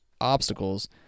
obstacles